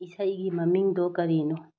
ꯏꯁꯩꯒꯤ ꯃꯃꯤꯡꯗꯣ ꯀꯔꯤꯅꯣ